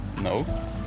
No